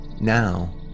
Now